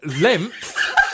length